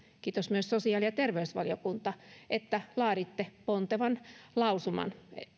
kiitos myös sosiaali ja terveysvaliokunta että laaditte pontevan lausuman